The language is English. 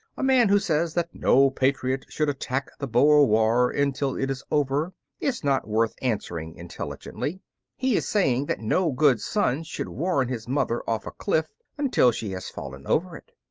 a man who says that no patriot should attack the boer war until it is over is not worth answering intelligently he is saying that no good son should warn his mother off a cliff until she has fallen over it.